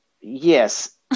Yes